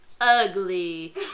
ugly